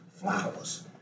flowers